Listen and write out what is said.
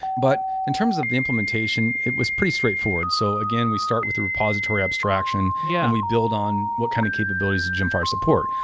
but in terms of the implementation, it was pretty straightforward. so again, we start with repository abstraction and yeah we build on what kind of capabilities gemfire support.